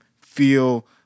feel